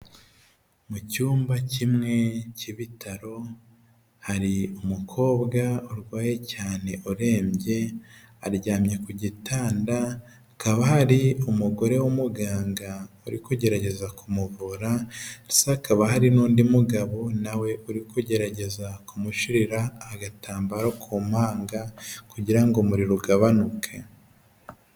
Mu cyumba kimwe cy'ibitaro hari umukobwa urwaye cyane urembye, aryamye ku gitanda hakaba hari umugore w'umuganga uri kugerageza kumuvura, ndetse hakaba hari n'undi mugabo nawe uri kugerageza kumushyirira agatambaro ku mpanga kugira ngo umuriro ugabanuke.